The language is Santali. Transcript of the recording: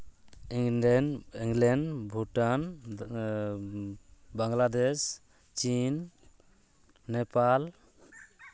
ᱤᱝᱞᱮᱱᱰ ᱤᱝᱞᱮᱱᱰ ᱵᱷᱩᱴᱟᱱ ᱵᱟᱝᱞᱟᱫᱮᱥ ᱪᱤᱱ ᱱᱮᱯᱟᱞ